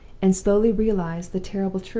and slowly realized the terrible truth.